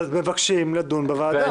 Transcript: אבל מבקשים לדון בוועדה.